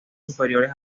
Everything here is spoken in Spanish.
superiores